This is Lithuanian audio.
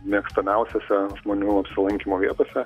mėgstamiausiose žmonių apsilankymo vietose